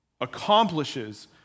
accomplishes